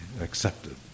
accepted